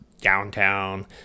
downtown